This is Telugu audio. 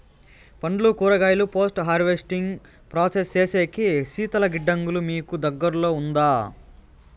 పండ్లు కూరగాయలు పోస్ట్ హార్వెస్టింగ్ ప్రాసెస్ సేసేకి శీతల గిడ్డంగులు మీకు దగ్గర్లో ఉందా?